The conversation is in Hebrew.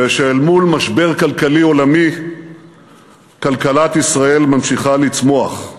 ושאל מול משבר כלכלי עולמי כלכלת ישראל ממשיכה לצמוח.